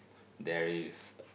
there is